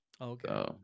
Okay